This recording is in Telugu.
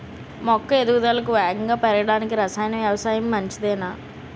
మొక్క ఎదుగుదలకు వేగంగా పెరగడానికి, రసాయన వ్యవసాయం మంచిదేనా?